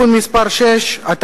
6),